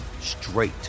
straight